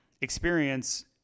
experience